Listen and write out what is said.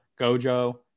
Gojo